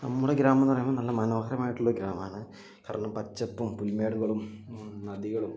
നമ്മുടെ ഗ്രാമം എന്ന് പറയുമ്പോൾ നല്ല മനോഹരമായിട്ടുള്ള ഗ്രാമമാണ് കാരണം പച്ചപ്പും പുൽമേട്കളും നദികളും